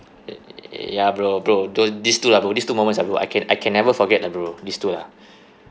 ya bro bro don't these two ah bro these two moments ah bro I can I can never forget lah bro these two lah